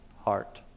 heart